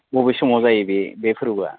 बबे समाव जायो बे बे फोरबोआ